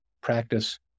practice